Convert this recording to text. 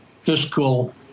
fiscal